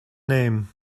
name